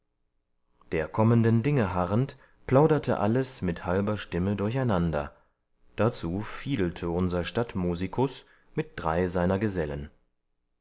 der kommenden dinge harrend plauderte alles mit halber stimme durcheinander dazu fiedelte unser stadtmusikus mit drei seiner gesellen